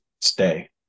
stay